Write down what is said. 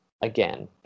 again